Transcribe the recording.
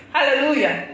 Hallelujah